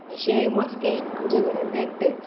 मातशें मस्तें आमच्या घरांत तें एकटेंच